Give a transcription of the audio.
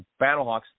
Battlehawks